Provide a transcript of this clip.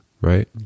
right